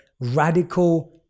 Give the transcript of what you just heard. Radical